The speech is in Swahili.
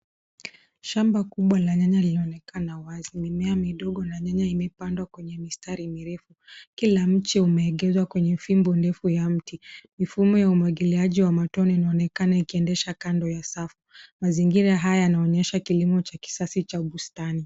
Shamba kubwa la nyanya linaonekana wazi. Mimea midogo ya nyanya imepandwa kwenye mistari mirefu. Kila mche umeegezwa kwenye fimbo ndefu ya mti. Mifumo ya umwagiliaji wa matone unaonekana ikiendesha kando ya safu. Mazingira haya yanaonyesha kilimo cha kisasa cha bustani.